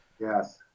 Yes